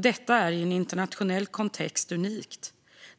Detta är i en internationell kontext unikt.